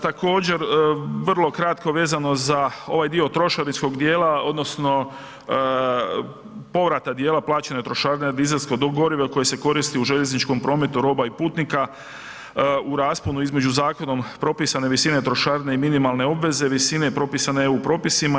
Također, vrlo kratko vezano za ovaj dio trošarinskog djela odnosno povrata djela plaćene trošarine dizelskog goriva koji se koristi u željezničkom prometu roba i putnika u rasponu između zakonom propisane visine trošarine i minimalne obveze, visine propisane eu propisima.